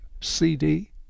CD